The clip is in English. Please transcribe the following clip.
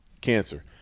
cancer